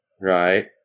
Right